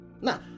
Now